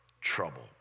trouble